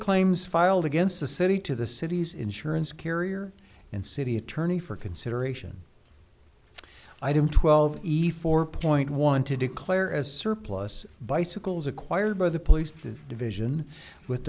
claims filed against the city to the city's insurance carrier and city attorney for consideration item twelve easy for point one to declare as surplus bicycles acquired by the police division with